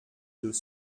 deux